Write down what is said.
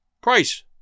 Price